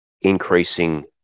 increasing